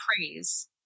praise